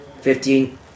fifteen